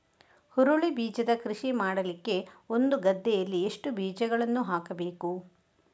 ಹುರುಳಿ ಬೀಜದ ಕೃಷಿ ಮಾಡಲಿಕ್ಕೆ ಒಂದು ಗದ್ದೆಯಲ್ಲಿ ಎಷ್ಟು ಬೀಜಗಳನ್ನು ಹಾಕಬೇಕು?